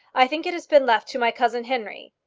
i think it has been left to my cousin henry.